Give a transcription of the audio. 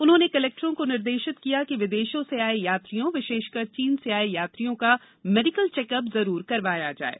उन्होंने कलेक्टरों को निर्देशित किया कि विदेशों से आये यात्रियों विशेषकर चीन से आये यात्रियों का मेडिकल चेकअप जरूर करवाया जाये